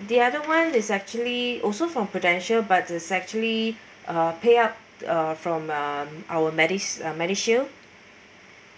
the other one is actually also from Prudential but is actually uh pay up uh from uh our medis~ MediShield